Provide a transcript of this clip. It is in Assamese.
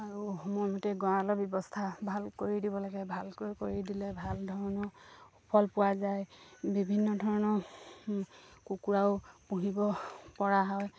আৰু সময়মতে গঁৱালৰ ব্যৱস্থা ভাল কৰি দিব লাগে ভালকৈ কৰি দিলে ভাল ধৰণৰ সুফল পোৱা যায় বিভিন্ন ধৰণৰ কুকুৰাও পুহিব পৰা হয়